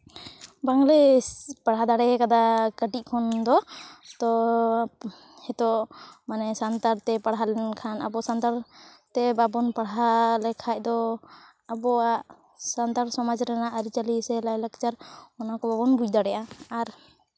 ᱵᱟᱝᱞᱮ ᱯᱟᱲᱦᱟᱣ ᱫᱟᱲᱮ ᱟᱠᱟᱫᱟ ᱠᱟᱹᱴᱤᱡ ᱠᱷᱚᱱᱫᱚ ᱛᱚ ᱦᱤᱛᱚᱜ ᱢᱟᱱᱮ ᱥᱟᱱᱛᱟᱲ ᱛᱮ ᱯᱟᱲᱦᱟᱣ ᱞᱮᱱᱠᱷᱟᱱ ᱟᱵᱚ ᱥᱟᱱᱛᱟᱲ ᱛᱮ ᱵᱟᱵᱚᱱ ᱯᱟᱲᱦᱟᱣ ᱞᱮᱠᱷᱟᱱ ᱫᱚ ᱟᱵᱚᱣᱟᱜ ᱥᱟᱱᱛᱟᱲ ᱥᱚᱢᱟᱡᱽ ᱨᱮᱱᱟᱜ ᱟᱹᱨᱤᱪᱟᱹᱞᱤ ᱥᱮ ᱞᱟᱭᱼᱞᱟᱠᱪᱟᱨ ᱚᱱᱟ ᱠᱚᱦᱚᱸ ᱵᱟᱵᱚᱱ ᱵᱩᱡᱽ ᱫᱟᱲᱮᱭᱟᱜᱼᱟ ᱟᱨ